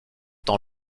dans